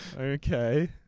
Okay